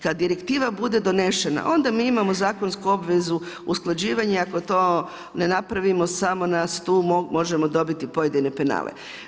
Kad direktiva bude riješena, onda mi imamo zakonsku obvezu usklađivanja, ako to ne napravimo, samo nas tu možemo dobiti pojedine penale.